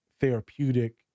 therapeutic